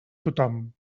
tothom